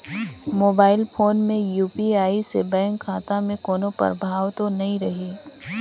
Mobile phone मे UPI से bank खाता मे कोनो प्रभाव तो नइ रही?